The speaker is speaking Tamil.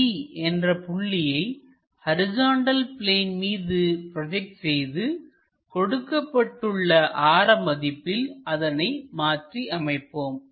D என்ற புள்ளியை ஹரிசாண்டல் பிளேன் மீது ப்ரோஜெக்ட் செய்து கொடுக்கப்பட்டுள்ள ஆர மதிப்பில் அதனை மாற்றி அமைப்போம்